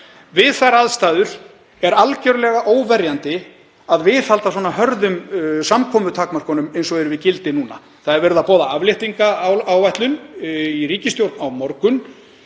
Við þær aðstæður er algerlega óverjandi að viðhalda svona hörðum samkomutakmörkunum eins og eru í gildi núna. Verið er að boða afléttingaráætlun í ríkisstjórn á morgun.